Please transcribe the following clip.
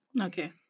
Okay